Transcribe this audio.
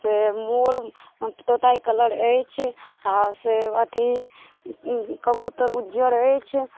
से मोर तोता कलर अछि आ से अथी कबूतर उज्जर अछि